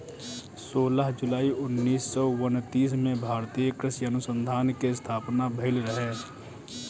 सोलह जुलाई उन्नीस सौ उनतीस में भारतीय कृषि अनुसंधान के स्थापना भईल रहे